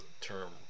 term